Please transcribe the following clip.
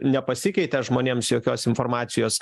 nepasikeitė žmonėms jokios informacijos